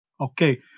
Okay